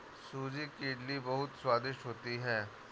सूजी की इडली बहुत स्वादिष्ट होती है